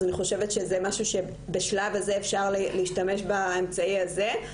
אז אני חושבת שזה משהו שבשלב הזה אפשר להשתמש באמצעי הזה.